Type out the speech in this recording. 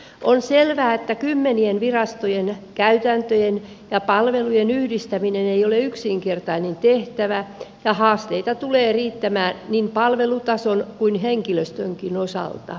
on selvää että kymmenien virastojen käytäntöjen ja palvelujen yhdistäminen ei ole yksinkertainen tehtävä ja haasteita tulee riittämään niin palvelutason kuin henkilöstönkin osalta